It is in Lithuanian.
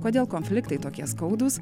kodėl konfliktai tokie skaudūs